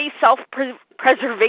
self-preservation